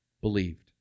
believed